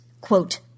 quote